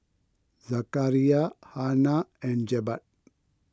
Zakaria Hana and Jebat